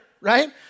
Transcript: right